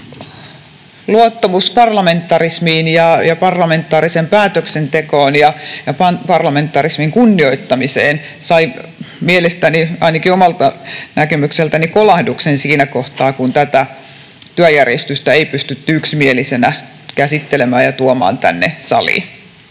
luottamus parlamentarismiin ja parlamentaariseen päätöksentekoon ja parlamentarismin kunnioittamiseen sai mielestäni, ainakin omasta näkemyksestäni kolahduksen siinä kohtaa kun tätä työjärjestystä ei pystytty yksimielisenä käsittelemään ja tuomaan tänne saliin.